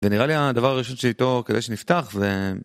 זה נראה לי הדבר הראשון שאיתו, כדי שנפתח, זה...